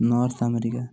north America